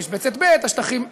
למשבצת ב' השטחים למגורים,